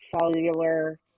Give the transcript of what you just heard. cellular